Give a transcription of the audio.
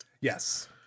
Yes